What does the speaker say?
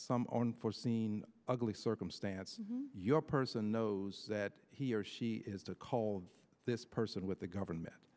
some on foreseen ugly circumstance your person knows that he or she is to call this person with the government